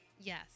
Yes